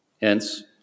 hence